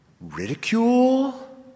ridicule